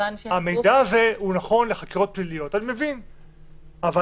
המידע הזה נכון לחקירות פליליות, אבל